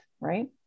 right